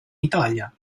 italia